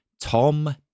Tom